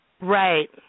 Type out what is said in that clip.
Right